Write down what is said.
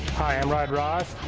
hi, i'm rod ross,